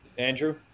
Andrew